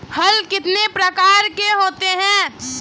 हल कितने प्रकार के होते हैं?